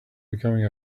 becoming